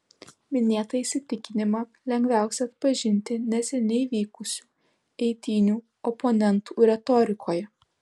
minėtą įsitikinimą lengviausia atpažinti neseniai vykusių eitynių oponentų retorikoje